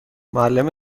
معلم